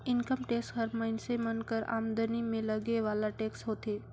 income tax हर मइनसे कर आमदनी में लगे वाला टेक्स होथे